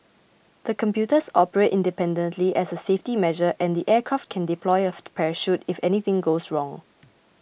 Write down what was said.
the computers operate independently as a safety measure and the aircraft can deploy a parachute if anything goes wrong